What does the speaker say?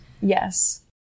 Yes